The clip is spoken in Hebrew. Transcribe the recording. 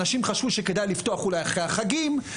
אנשים חשבו שאולי כדאי לפתוח אחרי החגים,